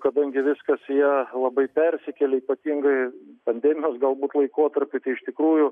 kadangi viskas į ją labai persikėlė ypatingai pandemijos galbūt laikotarpiu tai iš tikrųjų